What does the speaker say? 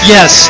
Yes